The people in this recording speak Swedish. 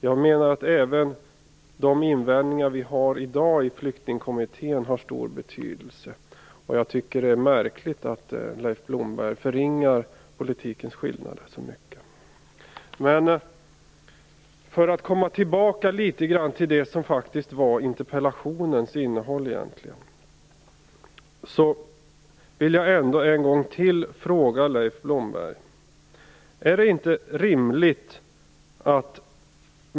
Jag menar att även de invändningar Miljöpartiet i dag har i flyktingkommittén har stor betydelse. Jag tycker att det är märkligt att Leif Blomberg i så hög grad förringar politikens skillnader. För att återvända till interpellationens innehåll vill jag återigen ställa en fråga till Leif Blomberg.